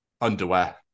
Underwear